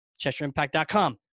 CheshireImpact.com